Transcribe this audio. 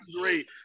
great